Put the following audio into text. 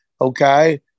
okay